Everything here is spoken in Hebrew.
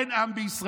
אין עם בישראל,